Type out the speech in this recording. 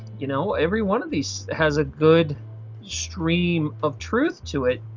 you know every one of these has a good stream of truth to it